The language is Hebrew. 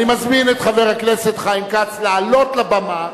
אני מזמין את חבר הכנסת חיים כץ לעלות לבמה.